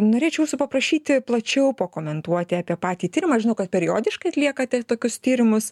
norėčiau jūsų paprašyti plačiau pakomentuoti apie patį tyrimą žinau kad periodiškai atliekate tokius tyrimus